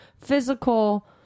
physical